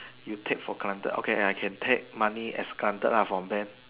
you take for granted okay I can take money as granted ah from bank